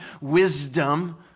wisdom